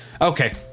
Okay